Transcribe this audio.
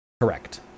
Correct